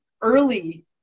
early